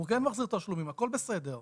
הוא כן מחזיר תשלומים, הכול בסדר.